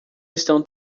estão